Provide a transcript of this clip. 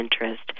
interest